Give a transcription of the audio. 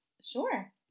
Sure